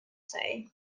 say